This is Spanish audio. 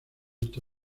esto